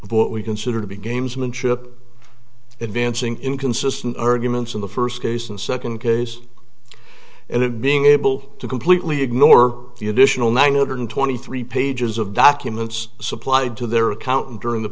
of what we consider to be gamesmanship advancing inconsistent arguments in the first case and second case and it being able to completely ignore the additional nine hundred twenty three pages of documents supplied to their accountant during the